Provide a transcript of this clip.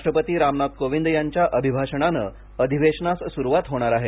राष्ट्रपती रामनाथ कोविंद यांच्या अभिभाषणाने अधिवेशनास सुरुवात होणार आहे